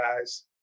guys